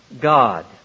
God